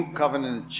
covenant